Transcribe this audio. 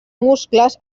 muscles